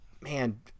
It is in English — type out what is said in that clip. man